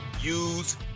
use